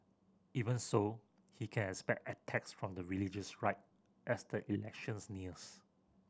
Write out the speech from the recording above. even so he can expect attacks from the religious right as the elections nears